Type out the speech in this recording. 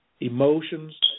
emotions